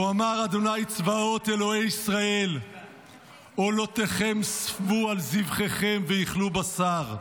"כה אמר ה' צבאות אלהי ישראל עלותיכם ספו על זבחיכם ואכלו בשר".